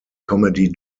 comedy